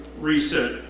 reset